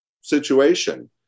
situation